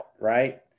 right